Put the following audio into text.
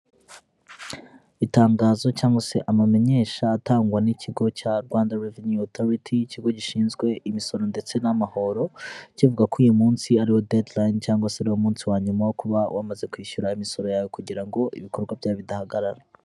Itangazo cyangwa se amamenyesha atangwa n'ikigo cya Rwanda Revenue Autority; ikigo gishinzwe imisoro ndetse n'amahoro, kivuga ko uyu munsi ariwe deadline cyangwa se ariwo munsi wa nyuma wo kuba wamaze kwishyura imisoro yawe kugira ngo ibikorwa byawe bidahagarara.